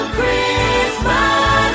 Christmas